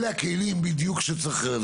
אלו הכלים בדיוק שצריך.